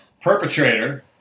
perpetrator